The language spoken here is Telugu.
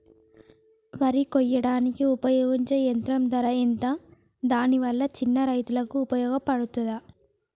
వరి కొయ్యడానికి ఉపయోగించే యంత్రం ధర ఎంత దాని వల్ల చిన్న రైతులకు ఉపయోగపడుతదా?